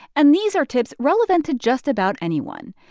and these are tips relevant to just about anyone,